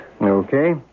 Okay